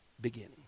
beginning